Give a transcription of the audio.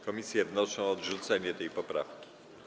Komisje wnoszą o odrzucenie tej poprawki.